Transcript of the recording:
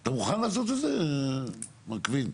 אתה מוכן לעשות את זה, מר קוינט?